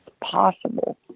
possible